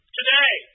today